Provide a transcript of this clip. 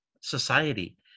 society